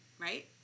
Right